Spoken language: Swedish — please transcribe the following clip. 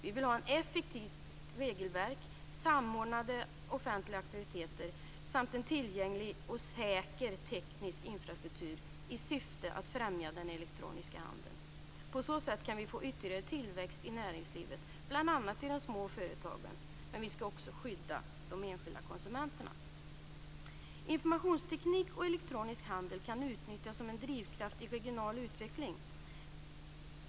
Vi vill ha ett effektivt regelverk, samordnade offentliga aktiviteter samt en tillgänglig och säker teknisk infrastruktur i syfte att främja den elektroniska handeln. På så sätt kan vi få ytterligare tillväxt i näringslivet, bl.a. i de små företagen. Men vi skall också skydda de enskilda konsumenterna. Informationsteknik och elektronisk handel kan utnyttjas som en drivkraft för regional utveckling.